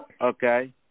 okay